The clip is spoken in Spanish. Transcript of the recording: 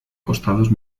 costados